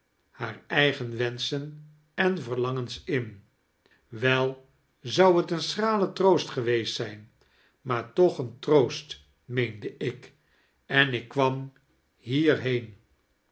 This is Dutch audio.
haar eigen wenschen en verlangens in wel zou het een schrale troost geweest zijn maar toch een troost meende ik en ik kwam hierheen